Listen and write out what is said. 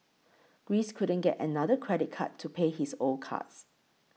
Greece couldn't get another credit card to pay his old cards